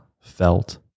felt